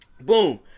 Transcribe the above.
Boom